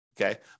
Okay